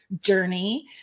journey